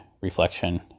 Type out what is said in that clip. reflection